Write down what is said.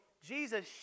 Jesus